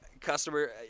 customer